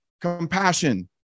compassion